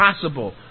possible